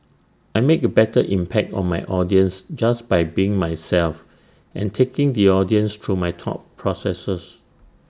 I make A better impact on my audience just by being myself and taking the audience through my thought processes